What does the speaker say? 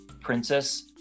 Princess